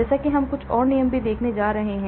जैसा कि हम कुछ और नियम भी देखने जा रहे हैं